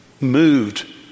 moved